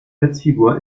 witzfigur